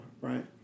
right